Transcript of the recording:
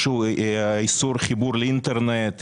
איסור על חיבור לאינטרנט,